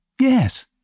Yes